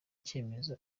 cyemezo